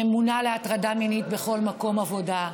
ממונה על הטרדה מינית בכל מקום עבודה,